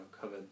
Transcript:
covered